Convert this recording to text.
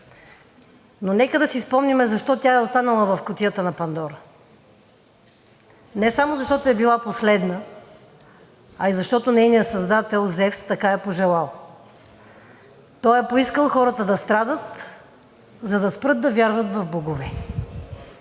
Но нека да си спомним защо тя е останала в кутията на Пандора. Не само защото е била последна, а и защото нейният създател Зевс така е пожелал. Той е поискал хората да страдат, за да спрат да вярват в богове.